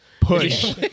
Push